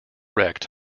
wrecked